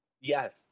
yes